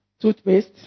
toothpaste